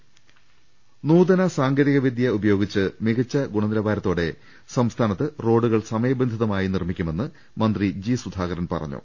രുട്ട്ട്ട്ട്ട്ട്ട്ട നൂതന സാങ്കേതികവിദ്യ ഉപയോഗിച്ച് മികച്ച ഗുണനിലവാരത്തോടെ സംസ്ഥാനത്ത് റോഡുകൾ സമയബന്ധിതമായി നിർമ്മിക്കുമെന്ന് മന്ത്രി ജി സുധാകരൻ പറഞ്ഞു